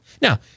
Now